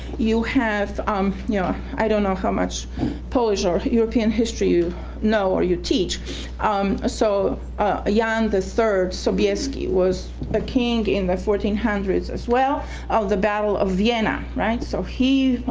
you have, um you know i don't know how much polish or european history you know or you teach um ah so ah yeah john the third sobieski was the king in the fourteen hundreds as well as the battle of vienna right, so he